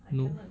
no